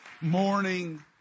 morning